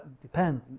depend